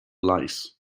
light